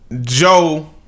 Joe